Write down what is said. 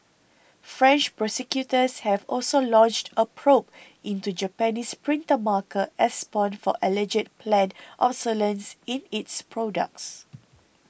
French prosecutors have also launched a probe into Japanese printer maker Epson for alleged planned obsolescence in its products